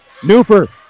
Newfer